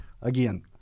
again –